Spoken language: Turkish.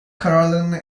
kararlarını